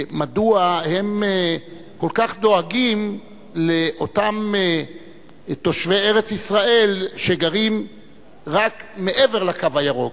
מדוע הם כל כך דואגים לאותם תושבי ארץ-ישראל שגרים רק מעבר ל"קו הירוק".